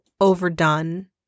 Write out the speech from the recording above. overdone